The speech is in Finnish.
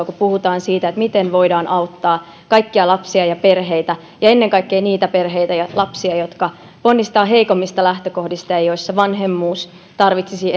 kun puhutaan siitä miten voidaan auttaa kaikkia lapsia ja perheitä ja ennen kaikkea niitä perheitä ja lapsia jotka ponnistavat heikommista lähtökohdista ja joissa vanhemmuus tarvitsisi